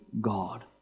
God